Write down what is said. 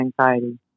anxiety